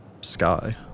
sky